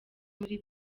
muri